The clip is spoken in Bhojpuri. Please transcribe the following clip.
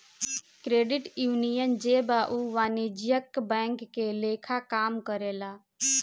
क्रेडिट यूनियन जे बा उ वाणिज्यिक बैंक के लेखा काम करेला